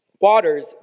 waters